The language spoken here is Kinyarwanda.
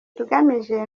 tugamije